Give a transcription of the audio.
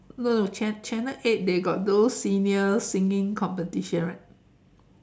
no no no channel eight they got those seniors singing competition right